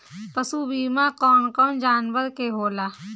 पशु बीमा कौन कौन जानवर के होला?